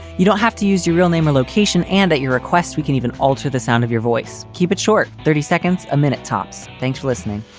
you don't have to use your real name or location, and at your request we can even alter the sound of your voice. keep it short. thirty seconds a minute, tops. thanks for listening